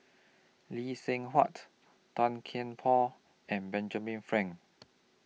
Lee Seng Huat Tan Kian Por and Benjamin Frank